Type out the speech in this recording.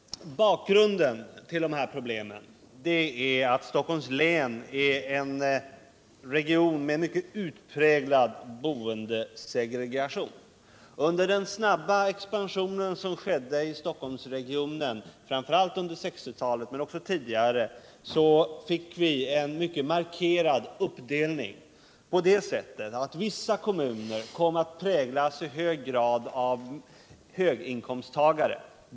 Bakgrunden till förslaget är att Stockholms län är en region med mycket utpräglad boendesegregation. Den snabba expansionen av Stockholmsregionen framför allt under 1960-talet men också tidigare ledde till en mycket markerad uppdelning på det sättet att vissa kommuner i hög grad kom att präglas av höginkomsttagare.